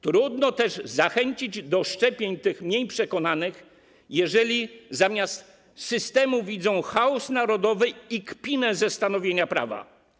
Trudno też zachęcić do szczepień tych mniej przekonanych, jeżeli zamiast systemu widzą chaos narodowy i kpinę ze stanowienia prawa.